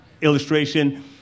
illustration